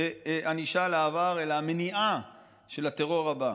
ענישה על העבר, אלא המניעה של הטרור הבא.